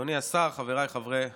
אדוני השר, חבריי חברי הכנסת,